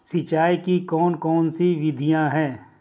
सिंचाई की कौन कौन सी विधियां हैं?